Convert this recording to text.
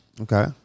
Okay